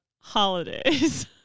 holidays